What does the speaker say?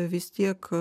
vis tiek